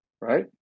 right